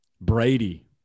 Brady